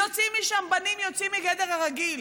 יוצאים משם בנים יוצאים מגדר הרגיל,